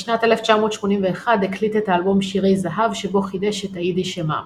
בשנת 1981 הקליט את האלבום "שירי זהב" שבו חידש את היידישע מאמע.